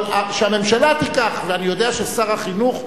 אבל שהממשלה תיקח, ואני יודע ששר החינוך אמר: